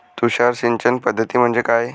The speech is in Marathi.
तुषार सिंचन पद्धती म्हणजे काय?